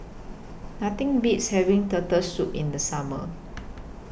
Nothing Beats having Turtle Soup in The Summer